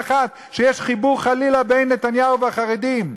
אחת שיש חיבור חלילה בין נתניהו והחרדים.